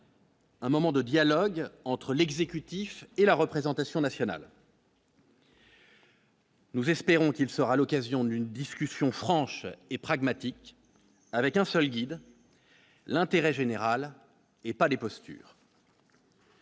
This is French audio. Un moment de dialogue entre l'exécutif et la représentation nationale. Nous espérons qu'il sera l'occasion d'une discussion franche et pragmatique, avec un solide, l'intérêt général et pas les postures.